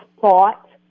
thought